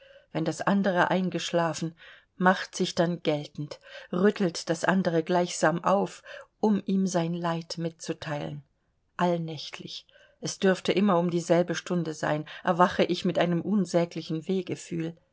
wenn das andere eingeschlafen macht sich dann geltend rüttelt das andere gleichsam auf um ihm sein leid mitzuteilen allnächtlich es dürfte immer um dieselbe stunde sein erwache ich mit einem unsäglichen wehgefühl